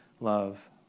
love